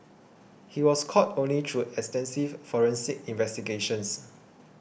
he was caught only through extensive forensic investigations